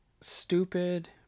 stupid